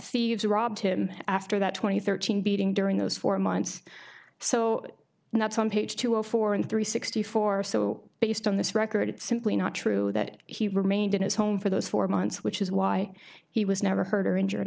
thieves robbed him after that two thousand and thirteen beating during those four months so that's on page two of four in three sixty four so based on this record it's simply not true that he remained in his home for those four months which is why he was never heard or injured